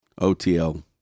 otl